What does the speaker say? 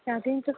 शादी में सब